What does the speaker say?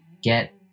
get